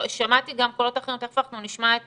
שמעתי גם קולות אחרים, תיכף אנחנו נשמע את